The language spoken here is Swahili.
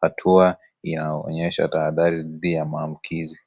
hatua la onyesho la tahadhari ya maambukizi.